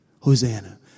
Hosanna